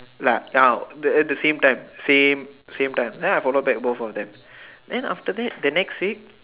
lah now at the same time same same time then I follow back both of them then after that the next day